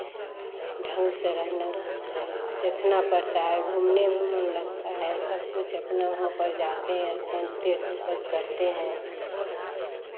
ढंग से रहना पड़ता है देखना पड़ता है घूमने में मन लगता है सब कुछ अपना होकर जाते हैं स्थान तीर्थ पर करते हैं